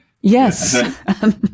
Yes